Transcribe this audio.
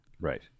Right